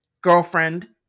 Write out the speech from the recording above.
girlfriend